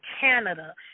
Canada